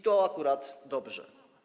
To akurat dobrze.